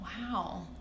wow